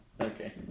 okay